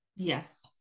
Yes